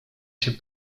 się